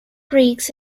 greeks